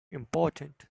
important